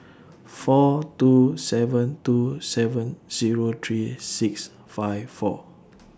four two seven two seven Zero three six five four